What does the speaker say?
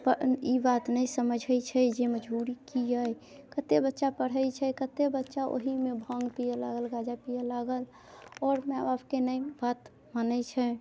पर ई बात नहि समझै छै जे मजबूरी की अइ कते बच्चा पढ़ै छै कते बच्चा ओहिमे भाँग पिये लागल गाँजा पिये लागल आओर माय बापके ने बात मानै छै